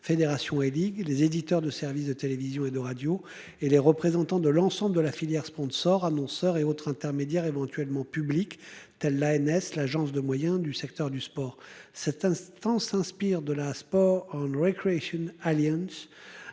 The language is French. fédérations et ligues les éditeurs de services de télévision et de radio et les représentants de l'ensemble de la filière sponsors annonceurs et autres intermédiaires éventuellement publics, telle la ANS l'agence de moyens du secteur du sport. Cette instance s'inspire de la sport récréation une alliance